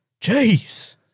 Jeez